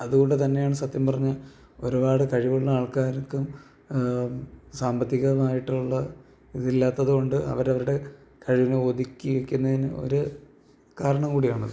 അതുകൊണ്ടു തന്നെയാണ് സത്യം പറഞ്ഞാല് ഒരുപാട് കഴിവുള്ള ആൾക്കാർക്കും സാമ്പത്തികമായിട്ടുള്ള ഇതില്ലാത്തത് കൊണ്ട് അവരവരുടെ കഴിവിനെ ഒതുക്കിവയ്ക്കുന്നതിന് ഒരു കാരണം കൂടി ആണ്